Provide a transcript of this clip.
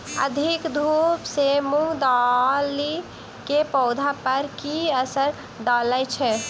अधिक धूप सँ मूंग दालि केँ पौधा पर की असर डालय छै?